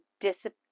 discipline